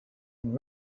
and